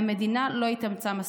והמדינה לא התאמצה מספיק.